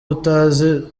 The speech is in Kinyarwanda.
utazi